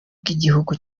bw’igihugu